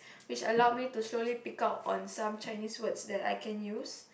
which allow me to slowly pick out on some Chinese words that I can use